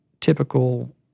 typical